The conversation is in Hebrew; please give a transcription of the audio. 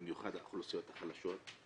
במיוחד האוכלוסיות החלשות,